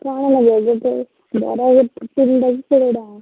କ'ଣ ନେବେ ଗୋଟେ ବରା ତିନିଟା କି ଚାରିଟା